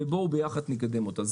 אז בואו ביחד נקדם אותה.